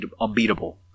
unbeatable